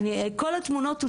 כול התמונות -- כמה?